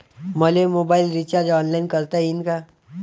मले mobile recharge online करता येईन का?